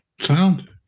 Sound